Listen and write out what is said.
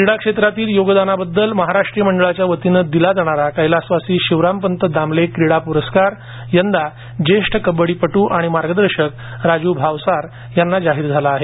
क्रीडा क्षेत्रातील योगदानाबद्दल महाराष्ट्रीय मंडळाच्या वतीने दिला जाणारा कैलासवासी शिवरामपंत दामले क्रीडा पुरस्कार यंदा ज्येष्ठ कबङ्डीपटू आणि मार्गदर्शक राजू भावसार यांना जाहीर झाला आहे